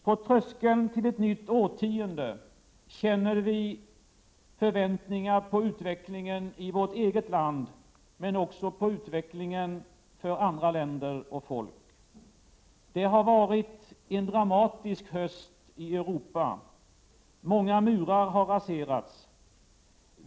På tröskeln till ett nytt årtionde känner vi förväntningar på utvecklingen i vårt eget land men också på utvecklingen för andra länder och folk. Det har varit en dramatisk höst i Europa. Många murar har raserats.